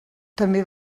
també